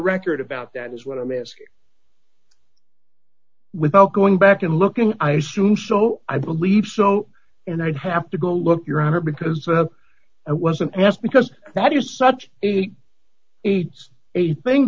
record about that is what i'm asking without going back and looking i assume so i believe so and i'd have to go look your honor because i wasn't asked because that is such a a thing